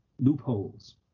loopholes